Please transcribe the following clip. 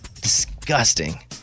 Disgusting